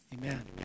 Amen